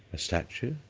a statue,